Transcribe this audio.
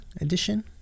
edition